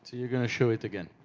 you're going to show it again?